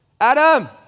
Adam